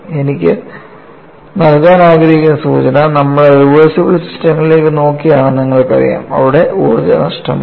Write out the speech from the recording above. എനിക്ക് നൽകാൻ ആഗ്രഹിക്കുന്ന സൂചന നമ്മൾ റിവേർസിബിൾ സിസ്റ്റങ്ങളിലേക്ക് നോക്കുകയാണെന്ന് നിങ്ങൾക്കറിയാം അവിടെ ഊർജ്ജ നഷ്ടമില്ല